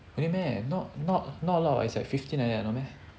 really meh not not not a lot as is like fifteen like that no meh